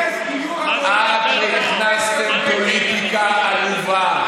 עד שנכנסתם לפוליטיקה עלובה,